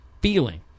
feeling